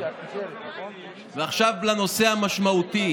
ועכשיו לנושא המשמעותי: